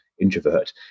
introvert